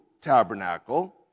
tabernacle